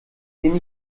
den